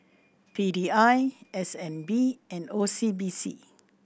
P D I S N B and O C B C